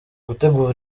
gutegura